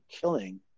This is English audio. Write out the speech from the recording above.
killing